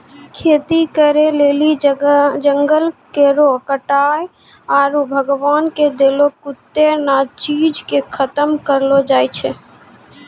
खेती करै लेली जंगल केरो कटाय आरू भगवान के देलो कत्तै ने चीज के खतम करलो जाय छै